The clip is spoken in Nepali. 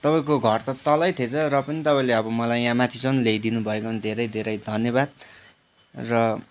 तपाईँको घर त तलै थिएछ र पनि तपाईँले अब मलाई यहाँ माथिसम्म ल्याइदिनु भएकोमा धेरै धेरै धन्यवाद र